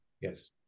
Yes